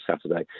Saturday